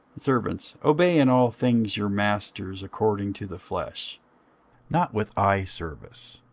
servants, obey in all things your masters according to the flesh not with eyeservice,